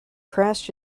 crashed